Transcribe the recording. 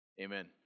Amen